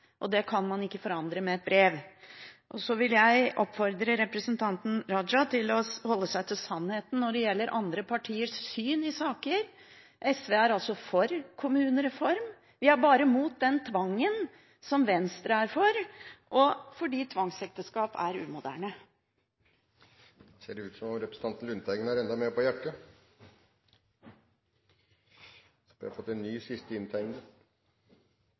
forandret. Det kan man ikke forandre med et brev. Jeg vil oppfordre representanten Raja til å holde seg til sannheten når det gjelder andre partiers syn i saker. SV er for kommunereform, vi er bare mot den tvangen som Venstre er for – fordi tvangsekteskap er umoderne. Det var innlegget fra representanten fra Venstre som ga behov for å holde et nytt innlegg. I innstillingen står det: «I rundskriv M-2/2012 er det fastsatt at dersom prisen for en